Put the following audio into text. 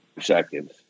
seconds